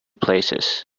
places